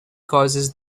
causes